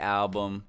album